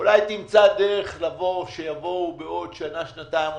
אולי שיבואו בעוד שנה-שנתיים.